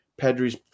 Pedri's